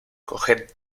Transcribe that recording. coged